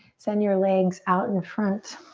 send your legs out in front.